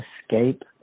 escape